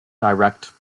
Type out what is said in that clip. direct